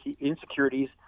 insecurities